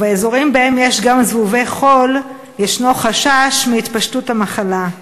ובאזורים שבהם יש גם זבובי חול ישנו חשש להתפשטות המחלה.